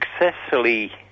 successfully